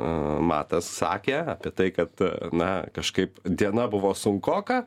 matas sakė apie tai kad na kažkaip diena buvo sunkoka